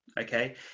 okay